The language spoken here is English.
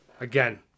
Again